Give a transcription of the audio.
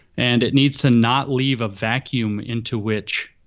and it needs to not leave a vacuum into which,